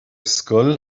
scoil